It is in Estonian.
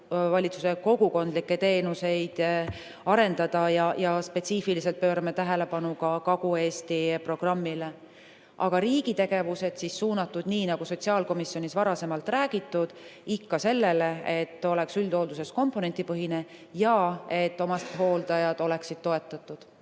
omavalitsuse kogukondlikke teenuseid arendada ja spetsiifiliselt pöörame tähelepanu Kagu-Eesti programmile. Aga riigi tegevused on suunatud, nii nagu sotsiaalkomisjonis varasemalt räägitud, ikka sellele, et üldhooldus oleks komponendipõhine ja omastehooldajad oleksid toetatud.